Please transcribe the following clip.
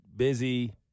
busy